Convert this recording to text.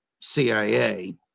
CIA